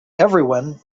everyone